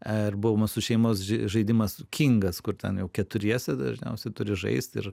arba mūsų šeimos žaidimas kingas kur ten jau keturiese dažniausiai turi žaisti ir